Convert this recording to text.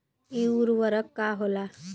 इ उर्वरक का होला?